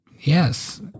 Yes